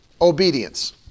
obedience